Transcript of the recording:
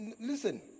listen